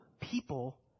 people